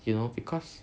you know because